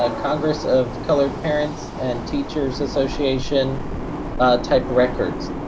ah congress of colored parents and teachers association type records.